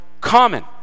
common